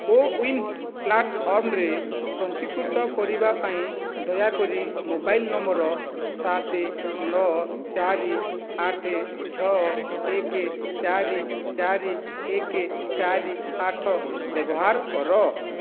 କୋୱିନ ପ୍ଲାଟଫର୍ମରେ ପଞ୍ଜୀକୃତ କରିବା ପାଇଁ ଦୟାକରି ମୋବାଇଲ ନମ୍ବର ସାତ ନଅ ଚାରି ଆଠ ଛଅ ଏକ ଚାରି ଚାରି ଏକ ଚାରି ଆଠ ବ୍ୟବହାର କର